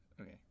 Okay